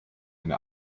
eine